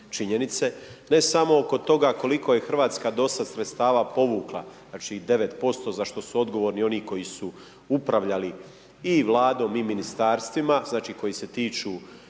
činjenice ne samo oko toga koliko je Hrvatska do sad sredstava povukla, znači 9% za što su odgovorni oni koji su upravljali i Vladom i ministarstvima, znači koji se tiču